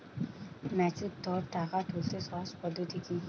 Mature টাকা তুলতে সহজ পদ্ধতি কি?